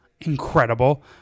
incredible